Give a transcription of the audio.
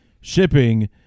shipping